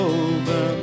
over